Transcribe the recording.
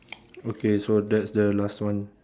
okay so that's the last one